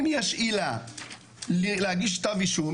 אם יש עילה להגיש כתב אישום,